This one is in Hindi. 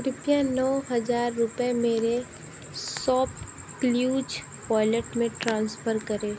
कृपया नौ हज़ार रुपये मेरे सॉपक्लिउज वॉलेट में ट्रांसफर करें